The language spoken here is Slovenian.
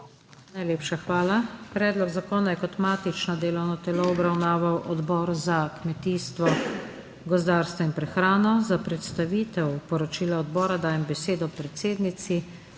Najlepša hvala. Predlog zakona je kot matično delovno telo obravnaval Odbor za kmetijstvo, gozdarstvo in prehrano. Za predstavitev poročila odbora dajem besedo predsednici